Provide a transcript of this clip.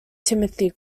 timothy